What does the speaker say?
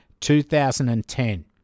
2010